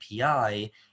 API